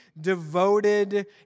devoted